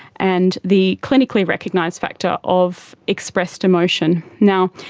and the clinically recognised factor of expressed emotion. now,